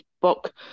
book